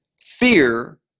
Fear